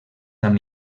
amb